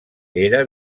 era